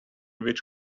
which